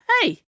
Hey